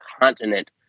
continent